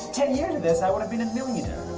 ten years of this i would have been a millionaire!